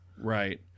Right